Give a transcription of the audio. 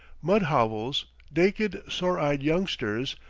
mud-hovels, naked, sore eyed youngsters,